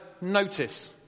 notice